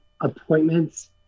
appointments